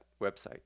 website